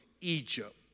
Egypt